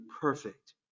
perfect